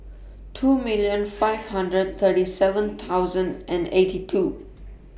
two million five hundred thirty seven thousand and eighty two